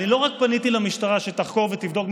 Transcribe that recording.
אני לא רק פניתי למשטרה שתחקור ותבדוק,